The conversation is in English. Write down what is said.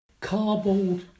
cardboard